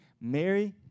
Mary